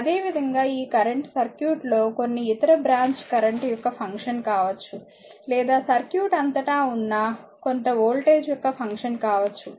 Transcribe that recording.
అదేవిధంగా ఈ కరెంట్ సర్క్యూట్లో కొన్ని ఇతర బ్రాంచ్ కరెంట్ యొక్క ఫంక్షన్ కావచ్చు లేదా సర్క్యూట్ అంతటా ఉన్న కొంత వోల్టేజ్ యొక్క ఫంక్షన్ కావచ్చు